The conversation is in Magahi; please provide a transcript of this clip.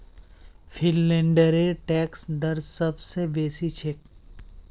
फिनलैंडेर टैक्स दर सब स बेसी छेक